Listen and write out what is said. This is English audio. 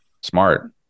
Smart